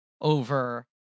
over